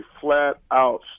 flat-out